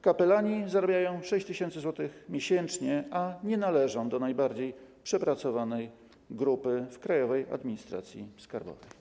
Kapelani zarabiają 6 tys. zł miesięcznie, a nie należą do najbardziej przepracowanej grupy w Krajowej Administracji Skarbowej.